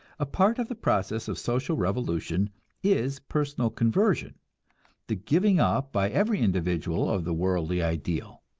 a part of the process of social revolution is personal conversion the giving up by every individual of the worldly ideal,